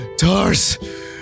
Tars